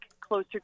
closer